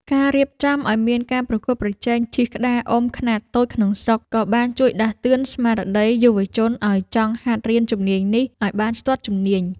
ការរៀបចំឱ្យមានការប្រកួតប្រជែងជិះក្តារអុំខ្នាតតូចក្នុងស្រុក ក៏បានជួយដាស់តឿនស្មារតីយុវជនឱ្យចង់ហាត់រៀនជំនាញនេះឱ្យបានស្ទាត់ជំនាញ។